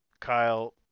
Kyle